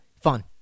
Fun